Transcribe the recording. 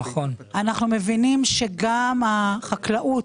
אנחנו מבינים שגם את ענף החקלאות,